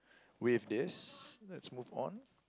with this let's move on